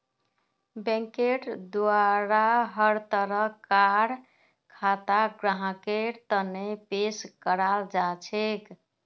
बैंकेर द्वारा हर तरह कार खाता ग्राहकेर तने पेश कराल जाछेक